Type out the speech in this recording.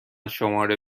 شماره